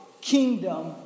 kingdom